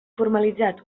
formalitzat